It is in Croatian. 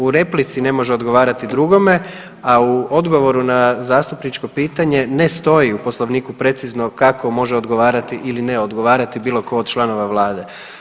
U replici ne može odgovarati drugove, a u odgovoru na zastupničko pitanje ne stoji u Poslovniku precizno kako može odgovarati ili ne odgovarati bilo tko od članova Vlade.